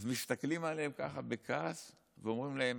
אז הם מסתכלים עליהם ככה בכעס ואומרים להם: